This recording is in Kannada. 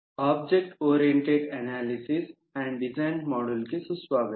object oriented analysis and design ಮಾಡ್ಯೂಲ್ಗೆ ಸುಸ್ವಾಗತ